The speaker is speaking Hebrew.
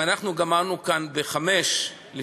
אנחנו גמרנו כאן ב-05:00,